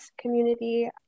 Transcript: community